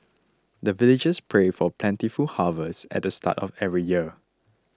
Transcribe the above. the villagers pray for plentiful harvest at the start of every year